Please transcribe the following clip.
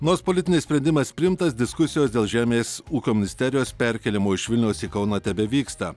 nors politinis sprendimas priimtas diskusijos dėl žemės ūkio ministerijos perkėlimo iš vilniaus į kauną tebevyksta